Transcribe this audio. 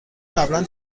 قبلا